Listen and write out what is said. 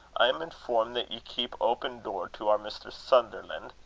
i am informed that ye keep open door to our mr. sutherland,